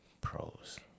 pros